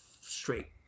straight